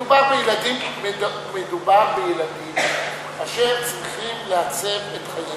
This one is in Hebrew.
מדובר בילדים אשר צריכים לעצב את חייהם.